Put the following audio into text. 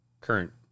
current